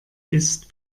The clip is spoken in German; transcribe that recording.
ist